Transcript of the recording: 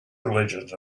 religions